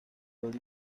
hori